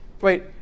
Wait